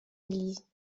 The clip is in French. église